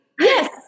yes